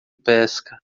pesca